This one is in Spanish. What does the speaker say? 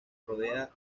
rodea